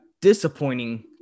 disappointing